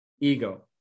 Ego